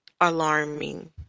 alarming